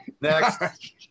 Next